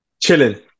chilling